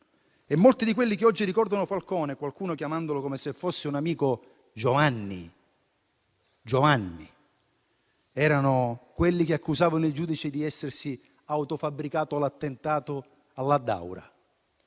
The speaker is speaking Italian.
Molti di quelli che oggi ricordano Falcone - qualcuno chiamandolo, come se fosse un amico, Giovanni - erano quelli che accusavano il giudice di essersi autofabbricato l'attentato all'Addaura.